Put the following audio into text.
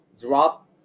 drop